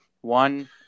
One